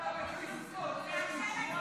תגיד,